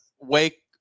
Wake